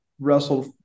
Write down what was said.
wrestled